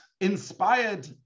inspired